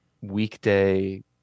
weekday